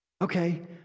Okay